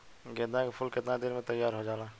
गेंदा के फूल केतना दिन में तइयार हो जाला?